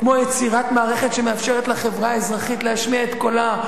כמו יצירת מערכת שמאפשרת לחברה האזרחית להשמיע את קולה,